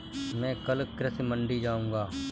मैं कल कृषि मंडी जाऊँगा